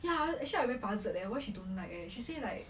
ya actually I very puzzled leh why she don't like eh she say like